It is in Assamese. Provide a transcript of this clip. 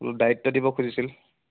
দায়িত্ব দিব খুজিছিল